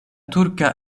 turka